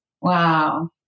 wow